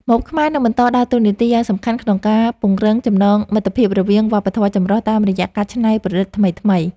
ម្ហូបខ្មែរនឹងបន្តដើរតួនាទីយ៉ាងសំខាន់ក្នុងការពង្រឹងចំណងមិត្តភាពរវាងវប្បធម៌ចម្រុះតាមរយៈការច្នៃប្រឌិតថ្មីៗ។